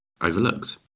overlooked